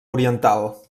oriental